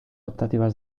optatives